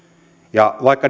vaikka